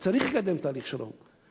וצריך לקדם תהליך שלום,